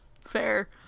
fair